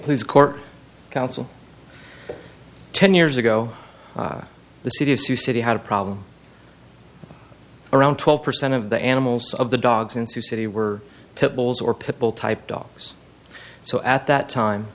please court counsel ten years ago the city of sue city had a problem around twelve percent of the animals of the dogs in sioux city were pit bulls or pit bull type dogs so at that time